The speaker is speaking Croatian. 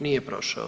Nije prošao.